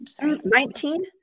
Nineteen